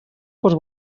fos